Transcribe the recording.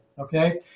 okay